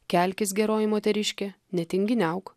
kelkis geroji moteriške netinginiauk